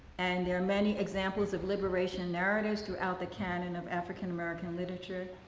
and there are many examples of liberation narratives throughout the cannon of african american literature.